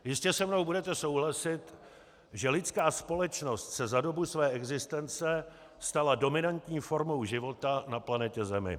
Jistě se mnou budete souhlasit, že lidská společnost se za dobu své existence stala dominantní formou života na planetě Zemi.